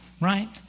right